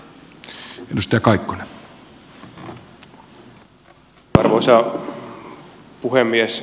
arvoisa puhemies